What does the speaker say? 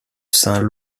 saint